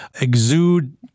Exude